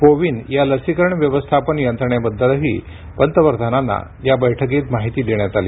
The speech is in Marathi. को विन या लसीकरण व्यवस्थापन यंत्रणेबद्दलही पंतप्रधानांना या बैठकीत माहिती देण्यात आली